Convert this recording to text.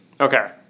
Okay